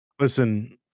listen